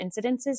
incidences